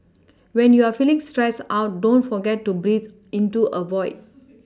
when you are feeling stressed out don't forget to breathe into a void